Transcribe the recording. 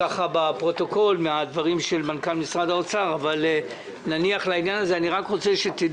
מתוך סך כולל של 65 מבנים לערך כאשר מתוך עשרת